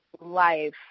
life